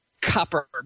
copper